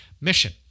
mission